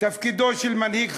תפקידו של מנהיג,